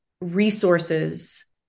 resources